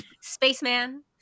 Spaceman